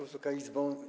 Wysoka Izbo!